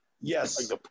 Yes